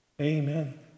Amen